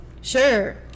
sure